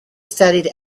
studied